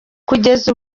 kugeza